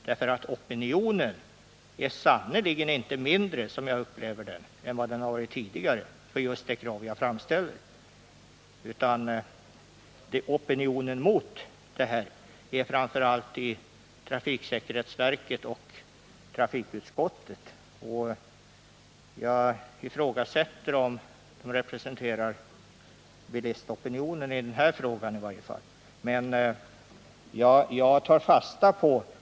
Som jag upplever det är sannerligen inte opinionen för just det krav jag har framställt mindre än den har varit tidigare, utan opinionen mot finns framför allt i trafiksäkerhetsverket och trafikutskottet. Jag ifrågasätter om den är representativ för bilistopinionen — i varje fall om man ser till förhållandena här i riksdagen.